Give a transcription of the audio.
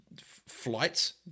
flights